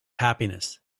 happiness